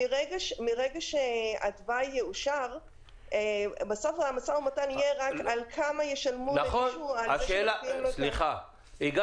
מרגע שהתוואי יאושר המשא ומתן יהיה רק כמה ישלמו --- הגשת התנגדות?